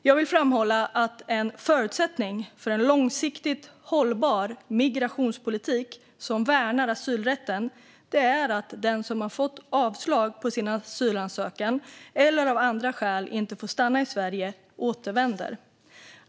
Jag vill framhålla att en förutsättning för en långsiktigt hållbar migrationspolitik som värnar asylrätten är att den som har fått avslag på sin asylansökan eller av andra skäl inte får stanna i Sverige återvänder.